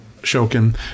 Shokin